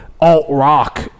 alt-rock